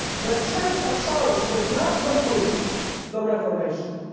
the church of sardis did not complete the reformation,